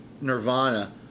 Nirvana